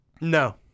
No